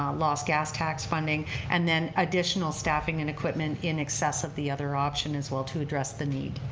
um lost gas tax funding and then additional staffing and equipment in excess of the other option as well to address the need.